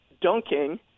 dunking